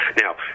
Now